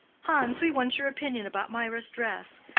hans, we want your opinion about mirah's dress.